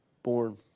born